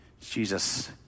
Jesus